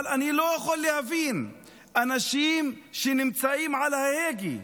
אבל אני לא יכול להבין אנשים שנמצאים על ההגה,